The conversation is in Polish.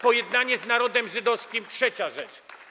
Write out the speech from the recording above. Pojednanie z narodem żydowskim - trzecia rzecz.